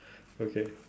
okay